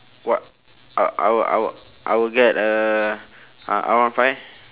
what uh I w~ I w~ I will get a uh R one five